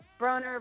Broner